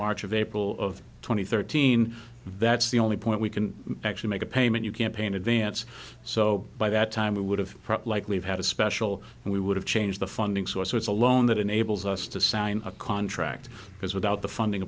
march of april of two thousand and thirteen that's the only point we can actually make a payment you campaign advance so by that time we would have like we've had a special we would have changed the funding source so it's a loan that enables us to sign a contract because without the funding